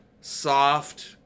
soft